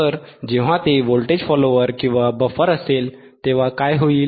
तर जेव्हा ते व्होल्टेज फॉलोअर किंवा बफर असेल तेव्हा काय होईल